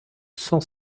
cent